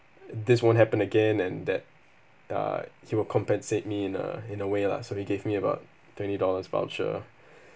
this won't happen again and that uh he will compensate me in a in a way lah so he gave me about twenty dollars voucher